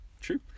True